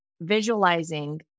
visualizing